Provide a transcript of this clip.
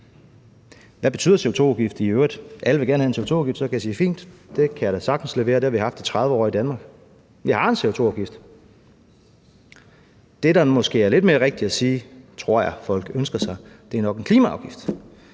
Hvad betyder CO2-afgift i øvrigt? Alle vil gerne have en CO2-afgift, og så kan jeg sige: Fint, det kan jeg da sagtens levere. Det har vi haft i 30 år i Danmark. Vi har en CO2-afgift. Det, der måske er lidt mere rigtigt at sige, og som jeg tror folk ønsker sig, er en klimaafgift,